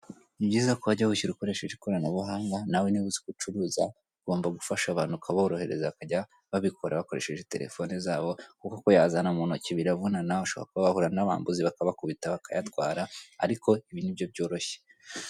Ni byiza ko wajya wishyura ukoresheje ikoranabuhanga, nawe niba uzi ko ucuruza ugomba gufasha abantu ukaborohereza bakajya babikora bakoresheje terefone zabo; kuko kuyazana mu ntoki biravunana hashobora no kuba bahura n'abambuzi bakabakubita bakayatwara, ibi ni byo byoroshye.